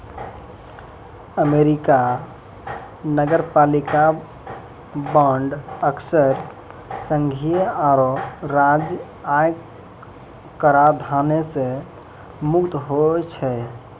America नगरपालिका bond अक्सर संघीय आरो राज्य आय कराधानो से मुक्त होय छै